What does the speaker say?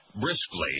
briskly